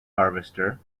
harvester